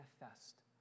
manifest